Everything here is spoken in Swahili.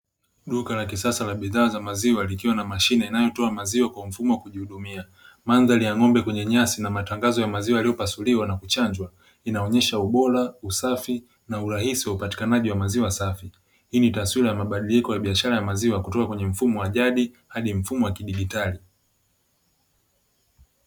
Duka la kisasa na bidhaa za maziwa likiwa na mashine inayotoa maziwa kwa mfumo wa kujihudumia mandhari ya ng'ombe kwenye nyasi na matangazo ya maziwa yaliyopasuliwa na kuchanjwa inaonyesha ubora, usafi na urahisi wa upatikanaji wa maziwa safi hii ni taswira ya mabadiliko ya biashara ya maziwa kutoka kwenye mfumo wa jadi hadi mfumo wa kidijitali.